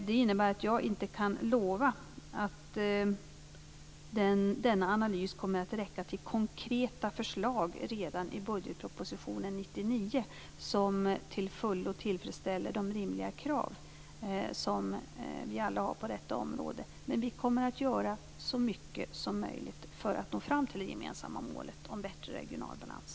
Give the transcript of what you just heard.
Det innebär att jag inte kan lova att denna analys kommer att räcka till konkreta förslag redan i budgetpropositionen 1999 som till fullo tillfredsställer de rimliga krav vi alla har på detta område. Men vi kommer att göra så mycket som möjligt för att nå fram till det gemensamma målet om bättre regional balans.